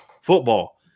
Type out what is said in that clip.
football